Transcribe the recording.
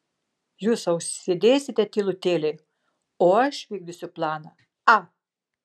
jūs sau sėdėsite tylutėliai o aš vykdysiu planą a